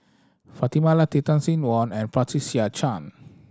Fatimah Lateef Tan Sin Aun and Patricia Chan